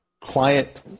client